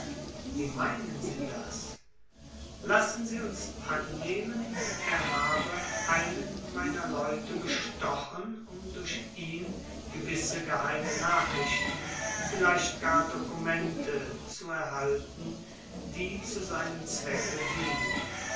wie meinen sie das lassen sie uns annehmen er habe einen meiner leute bestochen um durch ihn gewisse geheime nachrichten vielleicht gar dokumente zu erhalten die zu seinem zwecke dienen